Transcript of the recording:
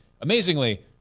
amazingly